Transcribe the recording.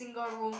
think girl room